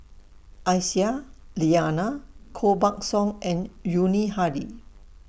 Aisyah Lyana Koh Buck Song and Yuni Hadi